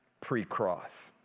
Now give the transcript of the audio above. pre-cross